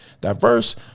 diverse